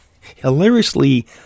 Hilariously